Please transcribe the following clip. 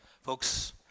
Folks